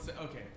okay